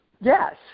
Yes